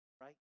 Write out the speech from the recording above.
right